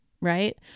right